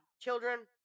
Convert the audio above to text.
children